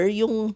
yung